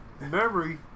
Memory